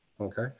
Okay